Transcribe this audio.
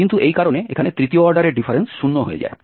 কিন্তু এই কারণে এখানে তৃতীয় অর্ডারের ডিফারেন্স 0 হয়ে যায়